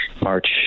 march